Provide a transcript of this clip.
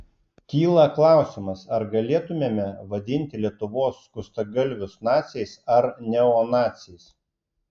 kyla klausimas ar galėtumėme vadinti lietuvos skustagalvius naciais ar neonaciais